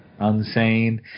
Unsane